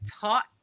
taught